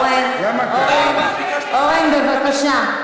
אורן, בבקשה.